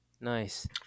nice